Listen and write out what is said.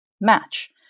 match